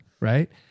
right